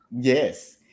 Yes